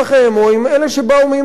או עם אלה שבאו מאפריקה,